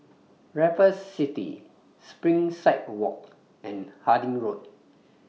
Raffles City Springside Walk and Harding Road